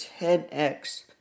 10x